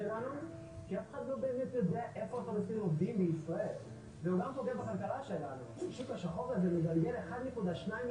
כי שינוי השיטה יכול לקחת כמה